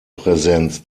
präsenz